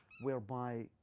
whereby